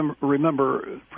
remember